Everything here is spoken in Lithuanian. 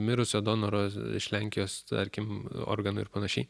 mirusio donoro iš lenkijos tarkim organų ir panašiai